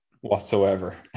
whatsoever